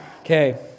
Okay